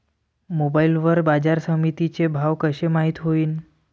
Mobile वर बाजारसमिती चे भाव कशे माईत होईन?